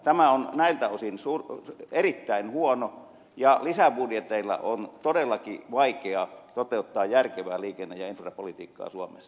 tämä on näiltä osin erittäin huono ja lisäbudjeteilla on todellakin vaikea toteuttaa järkevää liikenne ja infrapolitiikkaa suomessa